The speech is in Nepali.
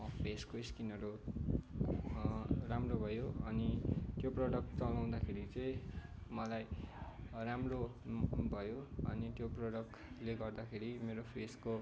फेसको स्किनहरू राम्रो भयो अनि त्यो प्रडक्ट चलाउँदाखेरि चाहिँ मलाई राम्रो भयो अनि त्यो प्रडक्टले गर्दाखेरि मेरो फेसको